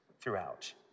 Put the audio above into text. throughout